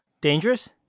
dangerous